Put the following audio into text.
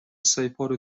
سایپا